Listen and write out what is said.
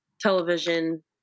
television